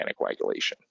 anticoagulation